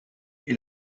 est